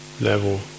level